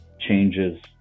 changes